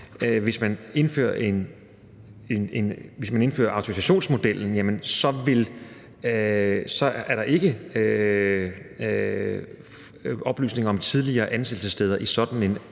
hvis man indfører autorisationsmodellen, er der ikke oplysninger om tidligere ansættelsessteder i sådan en